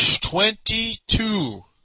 Twenty-two